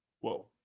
Whoa